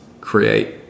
create